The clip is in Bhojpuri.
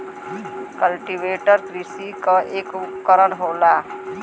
कल्टीवेटर कृषि क एक उपकरन होला